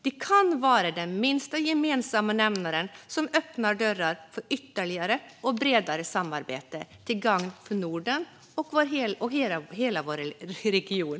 De kan vara den minsta gemensamma nämnare som öppnar dörrar för ytterligare och bredare samarbete, till gagn för Norden och hela vår region.